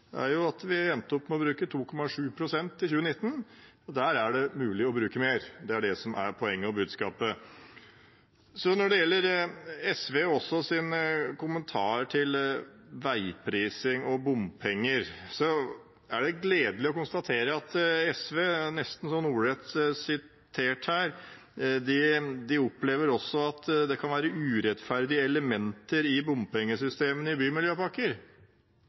at vi endte opp med å bruke 2,7 pst. i 2019. Der er det mulig å bruke mer; det er det som er poenget og budskapet. Når det gjelder SVs kommentar til veiprising og bompenger, er det gledelig å konstatere at SV – nesten ordrett sitert – opplever at det kan være urettferdige elementer i bompengesystemene i bymiljøpakker.